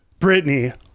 Britney